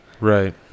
right